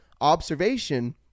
observation